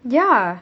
ya